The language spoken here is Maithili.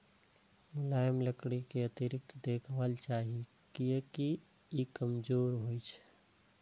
मुलायम लकड़ी कें अतिरिक्त देखभाल चाही, कियैकि ई कमजोर होइ छै